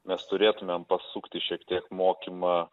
mes turėtumėm pasukti šiek tiek mokymą